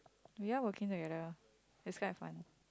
we are working together it's quite fun